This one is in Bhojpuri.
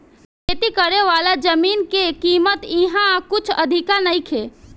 खेती करेवाला जमीन के कीमत इहा कुछ अधिका नइखे